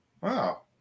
Wow